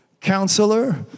counselor